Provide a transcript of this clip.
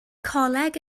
coleg